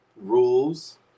rules